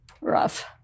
Rough